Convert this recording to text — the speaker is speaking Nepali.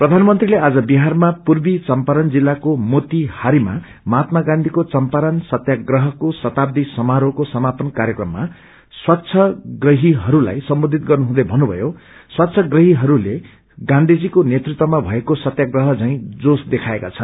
प्रधानमंत्रीले आज बिहारमा पूर्वी चम्पारण जिल्लाको मोतिहारीमा मझत्मा गान्चीको चम्पारण सत्याप्रहको शताब्दी सामारोहका सामापन कार्यक्रममा स्वच्छप्रहिहस्ताई सम्बोधित गर्नुहुँदै भन्नुभयो स्वच्छाप्रहिहरूले गान्धीजीको नंतृत्वमा भएको सत्याप्रह श्रै जोश देखाउनु भयो